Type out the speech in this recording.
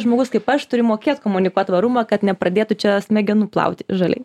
žmogus kaip aš turi mokėt komunikuot tvarumą kad nepradėtų čia smegenų plauti žaliai